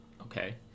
okay